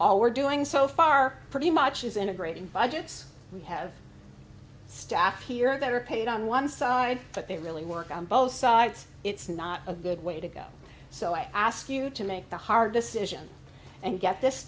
all we're doing so far pretty much is integrating budgets we have staff here that are paid on one side but they really work on both sides it's not a good way to go so i ask you to make the hard decisions and get this